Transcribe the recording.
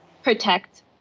protect